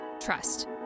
trust